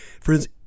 Friends